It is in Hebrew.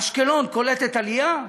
אשקלון קולטת עלייה?